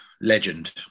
Legend